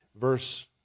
Verse